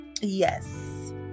Yes